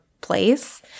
place